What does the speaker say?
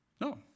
No